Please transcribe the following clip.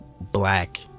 black